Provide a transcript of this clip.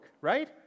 right